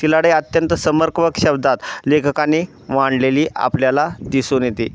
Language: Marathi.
ती लढाई अत्यंत समर्पक शब्दात लेखकांनी मांडलेली आपल्याला दिसून येते